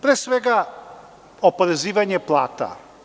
Pre svega, oporezivanje plata.